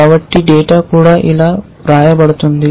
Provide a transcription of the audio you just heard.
కాబట్టి డేటా కూడా ఇలా వ్రాయబడుతుంది